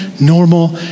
normal